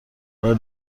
بعد